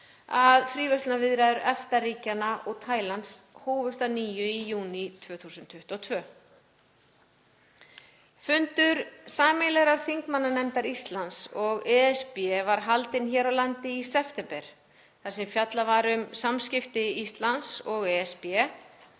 að fríverslunarviðræður EFTA-ríkjanna og Tælands hófust að nýju í júní 2022. Fundur sameiginlegrar þingmannanefndar Íslands og ESB var haldinn hér á landi í september þar sem fjallað var um samskipti Íslands og ESB,